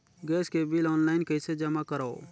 Gas के bill online कइसे जमा करव?